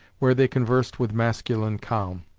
where they conversed with masculine calm.